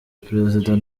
prezida